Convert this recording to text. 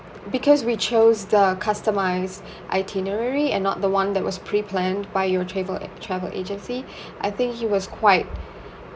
because we chose the customised itinerary and not the one that was pre-planned by your travel a~ travel agency I think he was quite